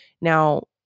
Now